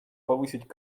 повысить